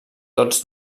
tots